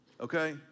okay